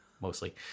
mostly